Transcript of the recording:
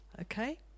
Okay